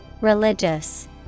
Religious